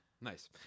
Nice